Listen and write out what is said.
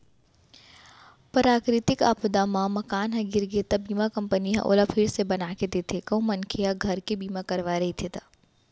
पराकरितिक आपदा म मकान ह गिर गे त बीमा कंपनी ह ओला फिर से बनाके देथे कहूं मनखे ह घर के बीमा करवाय रहिथे ता